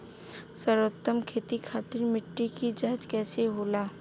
सर्वोत्तम खेती खातिर मिट्टी के जाँच कईसे होला?